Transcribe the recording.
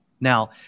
Now